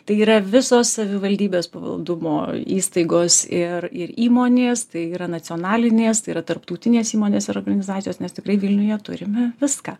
tai yra visos savivaldybės pavaldumo įstaigos ir ir įmonės tai yra nacionalinės tai yra tarptautinės įmonės ir organizacijos mes tikrai vilniuje turime viską